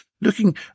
Looking